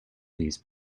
these